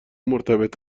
مرتبط